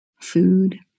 food